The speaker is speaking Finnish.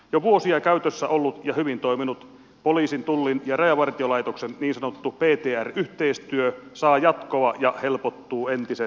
jo vuosia käytössä ollut ja hyvin toiminut poliisin tullin ja rajavartiolaitoksen niin sanottu ptr yhteistyö saa jatkoa ja helpottuu entisestään